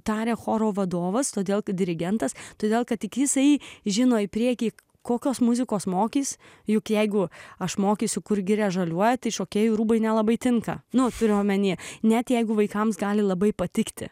taria choro vadovas todėl kad dirigentas todėl kad jisai žino į priekį kokios muzikos mokys juk jeigu aš mokysiu kur giria žaliuoja tik šokėjų rūbai nelabai tinka nuo kurio omenyje net jeigu vaikams gali labai patikti